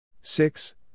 six